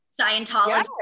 Scientology